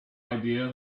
idea